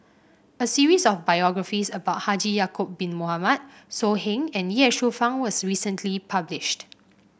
a series of biographies about Haji Ya'acob Bin Mohamed So Heng and Ye Shufang was recently published